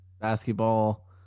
Basketball